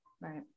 Right